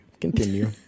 Continue